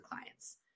clients